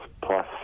plus